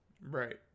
Right